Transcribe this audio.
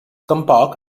tampoc